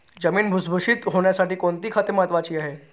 जमीन भुसभुशीत होण्यासाठी कोणती खते महत्वाची आहेत?